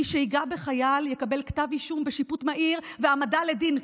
מי שייגע בחייל יקבל כתב אישום בשיפוט מהיר והעמדה לדין.